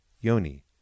Yoni